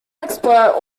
explorer